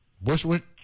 Bushwick